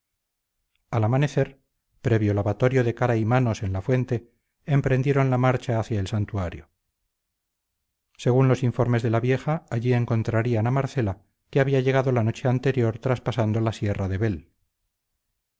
al amanecer previo lavatorio de cara y manos en la fuente emprendieron la marcha hacia el santuario según los informes de la vieja allí encontrarían a marcela que había llegado la noche anterior traspasando la sierra de bel